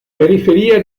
periferia